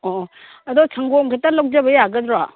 ꯑꯣ ꯑꯗꯣ ꯁꯪꯒꯣꯝ ꯈꯤꯇ ꯂꯧꯖꯕ ꯌꯥꯒꯗ꯭ꯔꯣ